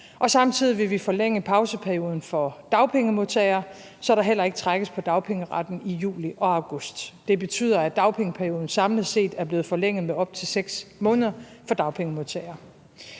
og samtidig vil vi forlænge pauseperioden for dagpengemodtagere, så der heller ikke trækkes på dagpengeretten i juli og august måned. Det betyder, at dagpengeperioden samlet set er blevet forlænget med op til 6 måneder for dagpengemodtagere.